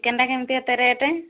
ଚିକେନଟା କେମିତି ଏତେ ରେଟ୍